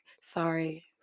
sorry